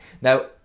Now